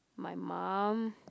my mum